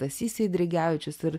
stasys eidrigevičius ir